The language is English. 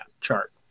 chart